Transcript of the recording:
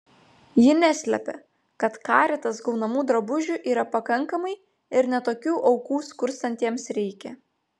ji neslepia kad caritas gaunamų drabužių yra pakankamai ir ne tokių aukų skurstantiesiems reikia